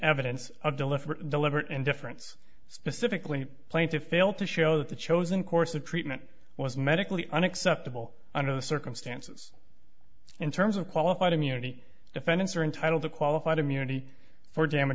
evidence of deliberate deliberate indifference specifically plain to fail to show that the chosen course of treatment was medically unacceptable under the circumstances in terms of qualified immunity defendants are entitled to qualified immunity